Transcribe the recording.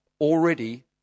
already